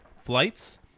flights